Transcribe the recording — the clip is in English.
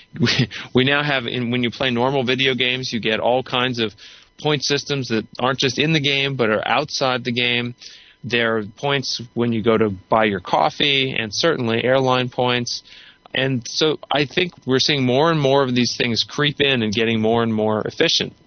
we we now have, when you play normal video games, you get all kinds of point systems that aren't just in the game but are outside the game there are points when you go to buy your coffee and certainly airline points and so i think we're seeing more and more of these things creep in and getting more and more efficient.